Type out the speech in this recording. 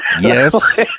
Yes